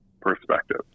perspective